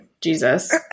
jesus